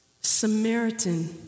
Samaritan